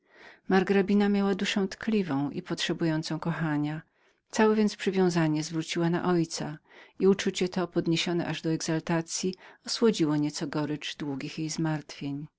margrabina miała duszę tkliwą i potrzebującą kochania całe więc przywiązanie zwróciła na ojca i uczucie to podniesione aż do exaltacyi osłodziło nieco gorycz długich jej zmartwień